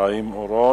חיים אורון.